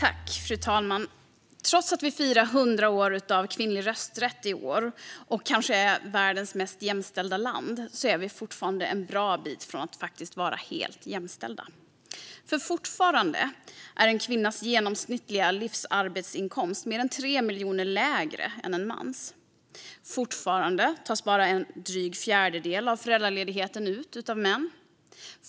Fru talman! Trots att vi firar 100 år av kvinnlig rösträtt i år och kanske är världens mest jämställda land är vi fortfarande en bra bit från att vara helt jämställda. Fortfarande är en kvinnas genomsnittliga livsarbetsinkomst mer än tre miljoner lägre än en mans. Fortfarande tas bara en dryg fjärdedel av föräldraledigheten ut av män.